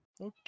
Okay